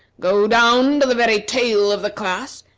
go down to the very tail of the class,